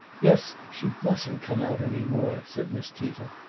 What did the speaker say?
yes she mustn't come out any more, said miss tita,